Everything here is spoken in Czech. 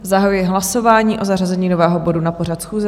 Zahajuji hlasování o zařazení nového bodu na pořad schůze.